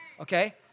Okay